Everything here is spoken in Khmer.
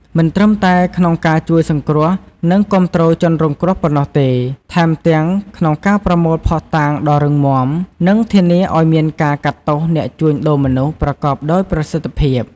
មិនត្រឹមតែក្នុងការជួយសង្គ្រោះ និងគាំទ្រជនរងគ្រោះប៉ុណ្ណោះទេ ថែមទាំងក្នុងការប្រមូលភស្តុតាងដ៏រឹងមាំ និងធានាឲ្យមានការកាត់ទោសអ្នកជួញដូរមនុស្សប្រកបដោយប្រសិទ្ធភាព។